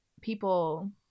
people